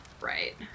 Right